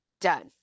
Done